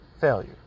failure